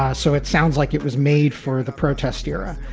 ah so it sounds like it was made for the protest era